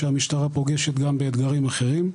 שהמשטרה פוגשת גם באתגרים אחרים,